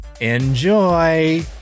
Enjoy